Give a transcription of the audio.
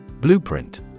Blueprint